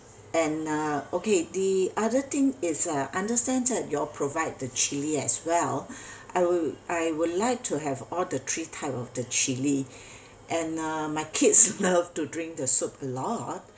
and uh okay the other thing is I understand that y'all provide the chilli as well I would I would like to have all the three type of the chili and uh my kids love to drink the soup a lot